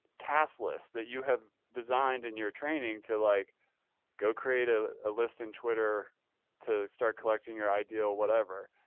task lists that you have designed in your training to like go create a list in twitter to start collecting your ideal whatever,